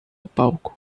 palco